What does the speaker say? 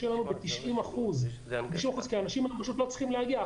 שלנו ב-90% כי אנשים פשוט לא צריכים להגיע.